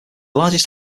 largest